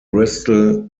bristol